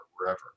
wherever